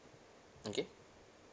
okay